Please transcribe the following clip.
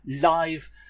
live